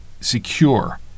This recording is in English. secure